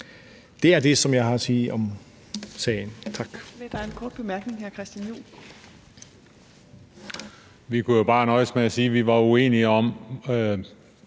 Det er det, som jeg har at sige om sagen.